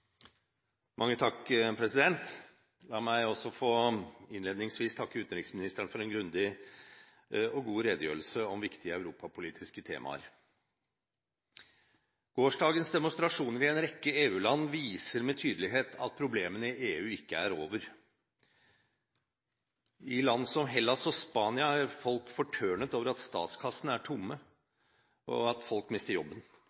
La meg innledningsvis få takke utenriksministeren for en grundig og god redegjørelse om viktige europapolitiske temaer. Gårsdagens demonstrasjoner i en rekke EU-land viser med tydelighet at problemene i EU ikke er over. I land som Hellas og Spania er folk fortørnet over at statskassene er tomme og at folk mister jobben.